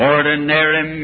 Ordinary